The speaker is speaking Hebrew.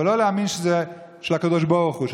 אבל לא להאמין שזה של הקדוש ברוך הוא,